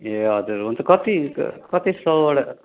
ए हजुर हुन्छ कति कति सयवटा